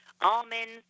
almonds